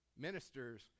ministers